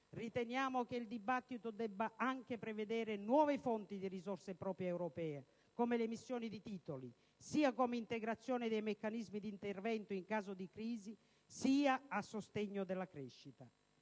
riteniamo che il dibattito debba prevedere anche nuove fonti di risorse proprie europee, come l'emissione di titoli, sia come integrazione dei meccanismi di intervento in caso di crisi, sia a sostegno della crescita.